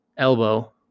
Elbow